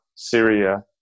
syria